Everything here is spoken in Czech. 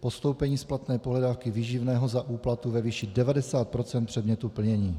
postoupení splatné pohledávky výživného za úplatu ve výši 90 % předmětu plnění.